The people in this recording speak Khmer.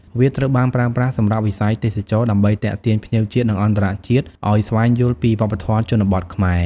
វាត្រូវបានប្រើប្រាស់សម្រាប់វិស័យទេសចរណ៍ដើម្បីទាក់ទាញភ្ញៀវជាតិ និងអន្តរជាតិឱ្យស្វែងយល់ពីវប្បធម៌ជនបទខ្មែរ ។